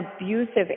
abusive